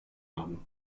haben